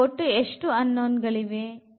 ಇಲ್ಲಿ ಒಟ್ಟು ಎಷ್ಟು unknown ಗಳಿವೆ